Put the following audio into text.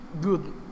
good